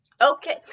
Okay